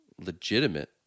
legitimate